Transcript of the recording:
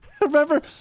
Remember